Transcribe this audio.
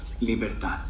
Libertad